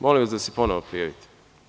Molim vas da se ponovo prijavite.